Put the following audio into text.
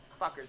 Fuckers